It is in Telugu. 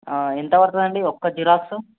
ఎంత పడుతుందండి ఒక్క జిరాక్సు